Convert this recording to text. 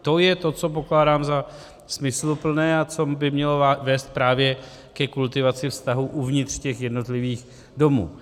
To je to, co pokládám za smysluplné a co by mělo vést právě ke kultivaci vztahů uvnitř jednotlivých domů.